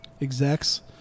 Execs